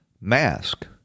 mask